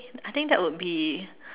I think that will be